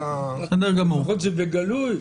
לפחות זה בגלוי,